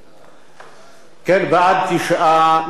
בעד, 9, 25 מתנגדים.